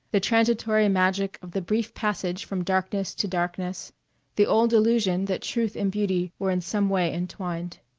the transitory magic of the brief passage from darkness to darkness the old illusion that truth and beauty were in some way entwined.